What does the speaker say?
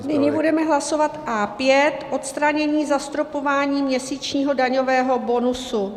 Nyní budeme hlasovat A5, odstranění, zastropování měsíčního daňového bonusu.